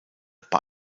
bei